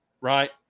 right